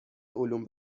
علوم